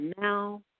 now